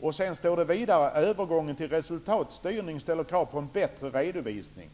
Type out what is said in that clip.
Vidare står det ''Övergången till resultatstyrning ställer krav på en bättre redovisning''.